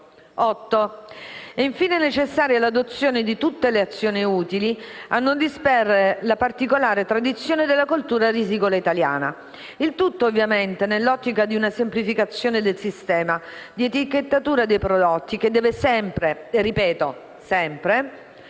È infine necessario adottare tutte le azioni utili a non disperdere la particolare tradizione della coltura risicola italiana; il tutto, ovviamente, nell'ottica di una semplificazione del sistema di etichettatura dei prodotti che deve sempre - lo ripeto